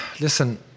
listen